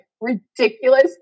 ridiculous